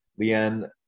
Leanne